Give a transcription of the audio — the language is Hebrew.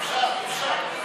אפשר, אפשר.